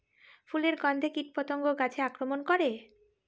ফুলের গণ্ধে কীটপতঙ্গ গাছে আক্রমণ করে?